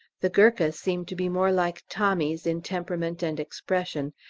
the gurkhas seem to be more like tommies in temperament and expression,